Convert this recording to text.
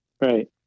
Right